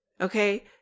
Okay